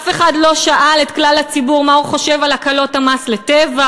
אף אחד לא שאל את כלל הציבור מה הוא חושב על הקלות המס ל"טבע",